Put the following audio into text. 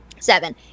seven